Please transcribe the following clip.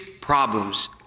problems